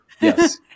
yes